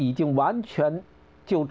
eating lunch killed